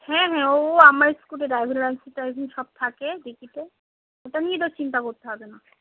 হ্যাঁ হ্যাঁ ও আমার স্কুটার ড্রাইভিং লাইসেন্স টাইসেন্স সব থাকে ডিকিতে ওটা নিয়ে তোর চিন্তা করতে হবে না